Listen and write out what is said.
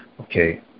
okay